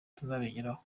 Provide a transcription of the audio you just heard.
tuzabigeraho